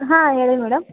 ಹಾಂ ಹೇಳಿ ಮೇಡಮ್